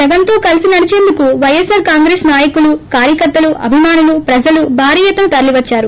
జగస్ తో కలిసి నడిచేందుకు వైఎస్ఛార్ కాంగ్రెస్ నాయకులు కార్యకర్తలు అభిమానులు ప్రజలు భారీ ఎత్తున తరలివచ్చారు